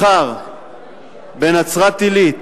מחר בנצרת-עילית,